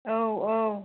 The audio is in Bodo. औ औ